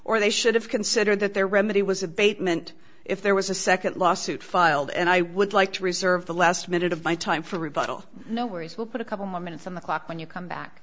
or they should have considered that their remedy was abatement if there was a second lawsuit filed and i would like to reserve the last minute of my time for rebuttal no worries we'll put a couple more minutes on the clock when you come back